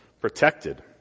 protected